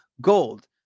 gold